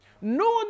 no